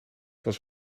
was